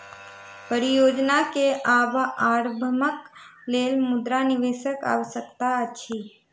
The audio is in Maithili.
परियोजना के आरम्भक लेल मुद्रा निवेशक आवश्यकता अछि